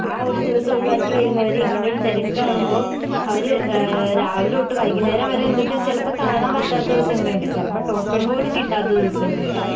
ആ ഒരു ദിവസം ഒഴിവാക്കി വരുന്നവര് ഇങ്ങനെയൊര് തിരക്ക് കാണുമ്പോൾ അവര് രാവിലെതൊട്ട് വൈകുന്നേരം വരെ നിന്നിട്ടും ചിലപ്പോൾ കാണാൻ പറ്റാത്ത ദിവസങ്ങളുണ്ട് ചിലപ്പോൾ ടോക്കൺ പോലും കിട്ടാത്ത ദിവസങ്ങളുണ്ട്